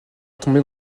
tombée